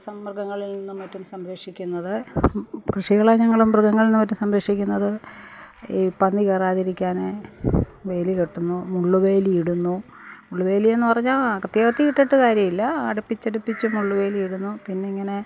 സംമൃഗങ്ങളിൽ നിന്നും മറ്റും സംരക്ഷിക്കുന്നത് കൃഷികളെ ഞങ്ങൾ മൃഗങ്ങളിൽ നിന്ന് സംരക്ഷിക്കുന്നത് ഈ പന്നികേറാതിരിക്കാന് വേലി കെട്ടുന്നു മുള്ളുവേലി ഇടുന്നു മുള്ളുവേലിയെന്നു പറഞ്ഞാൽ അകത്തിയകത്തി ഇട്ടിട്ട് കാര്യമില്ല അടുപ്പിച്ചടുപ്പിച്ച് മുള്ളുവേലിയിടുന്നു പിന്നെ ഇങ്ങനെ